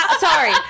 Sorry